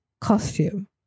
costume